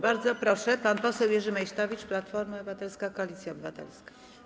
Bardzo proszę, pan poseł Jerzy Meysztowicz, Platforma Obywatelska - Koalicja Obywatelska.